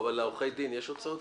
לעורכי הדין יש הוצאות סבירות?